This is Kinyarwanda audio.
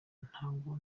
ntabwo